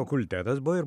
fakultetas buvo ir